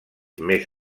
més